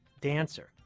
dancer